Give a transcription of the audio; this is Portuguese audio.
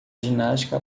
ginástica